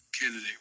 candidate